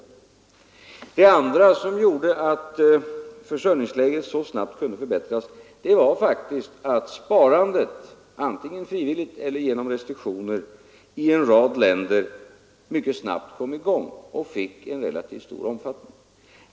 En annan omständighet som gjorde att försörjningsläget så snabbt kunde förbättras var faktiskt att sparandet — frivilligt eller genom restriktioner — kom i gång mycket snabbt och fick en relativt stor omfattning.